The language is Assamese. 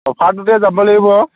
অফাৰটোতে যাব লাগিব আৰু